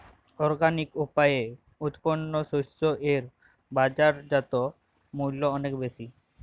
organic উপায়ে উৎপন্ন শস্য এর বাজারজাত মূল্য অনেক বেশি